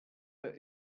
der